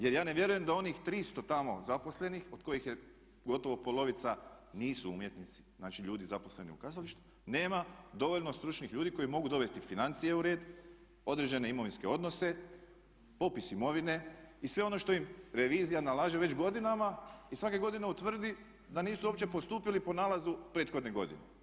Jer ja ne vjerujem da onih 300 tamo zaposlenih od kojih je gotovo polovica, nisu umjetnici, znači ljudi zaposleni u kazalištu, nema dovoljno stručnih koji mogu dovesti financije u red, određene imovinske odnose, popis imovine i sve ono što im revizija nalaže već godinama i svake godine utvrdi da nisu uopće postupili po nalazu prethodne godine.